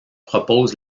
propose